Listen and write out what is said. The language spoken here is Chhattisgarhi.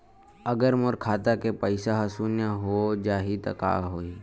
अगर मोर खाता के पईसा ह शून्य हो जाही त का होही?